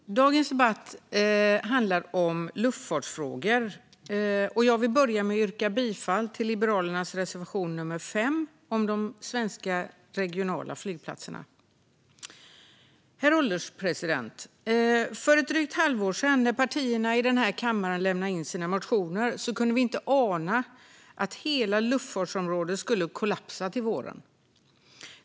Herr ålderspresident! Dagens debatt handlar om luftfartsfrågor, och jag vill börja med att yrka bifall till Liberalernas reservation nr 5 om de svenska regionala flygplatserna. Herr ålderspresident! För drygt ett halvår sedan, när partierna i denna kammare lämnade in sina motioner, kunde vi inte ana att hela luftfartsområdet skulle kollapsa till våren.